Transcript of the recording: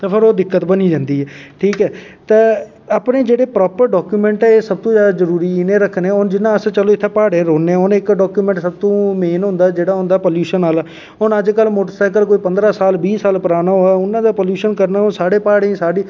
ते फिर ओह् दिक्कत बनी जंदी ऐ ते अपने जेह्के प्रापर डैकुमैंट न एह् सब तो जरूरी न रक्खने हून अस जियां प्हाड़ें पर रौह्नें हून इक डाकुमैंट सबतो इंपार्टैंट होंदा ओह् होंदा पाल्यूशन आह्ला हून अदज्ज कल कोई मोटर सैकल पंदरां साल बाह् साल पराना होऐ उनैं दे पाल्यूशन करना हून साढ़े प्हाड़ें